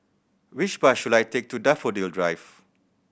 which bus should I take to Daffodil Drive